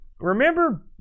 remember